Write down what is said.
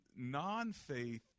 non-faith